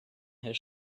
his